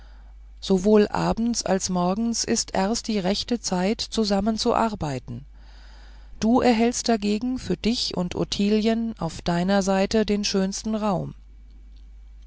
sowohl abends als morgens ist erst die rechte zeit zusammen zu arbeiten du erhältst dagegen für dich und ottilien auf deiner seite den schönsten raum